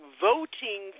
voting